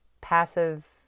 passive